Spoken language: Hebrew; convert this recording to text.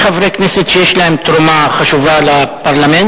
יש חברי כנסת שיש להם תרומה חשובה לפרלמנט,